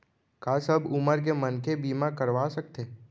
का सब उमर के मनखे बीमा करवा सकथे?